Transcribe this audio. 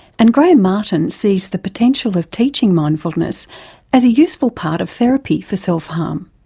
and graham martin sees the potential of teaching mindfulness as a useful part of therapy for self harm.